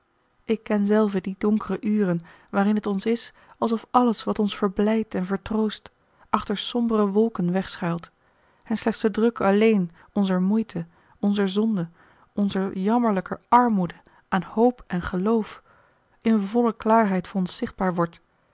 ik ken zelve die donkere uren waarin het ons is alsof alles wat ons verblijdt en vertroost achter sombere wolken wegschuilt en slechts de druk alleen onzer moeite onzer zonde onzer jammerlijke armoede aan hoop en geloof in volle klaarheid voor ons zichtbaar wordt